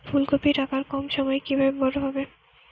ফুলকপির আকার কম সময়ে কিভাবে বড় হবে?